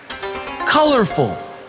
Colorful